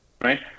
right